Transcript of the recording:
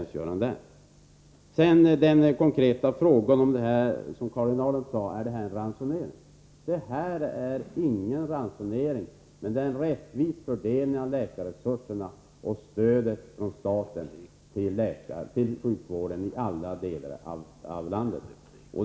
Sedan till den konkreta fråga som Karin Ahrland ställde: Är detta ransonering? — Nej, detta är ingen ransonering. Det är en rättvis fördelning av läkarresurserna och stödet från staten till sjukvården i alla delar av landet.